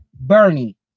Bernie